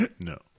No